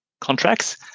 contracts